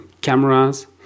cameras